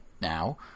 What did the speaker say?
now